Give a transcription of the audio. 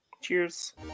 cheers